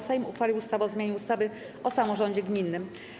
Sejm uchwalił ustawę o zmianie ustawy o samorządzie gminnym.